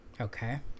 Okay